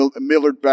Millard